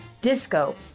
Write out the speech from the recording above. disco